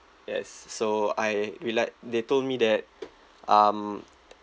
yes so I reli~ they told me that um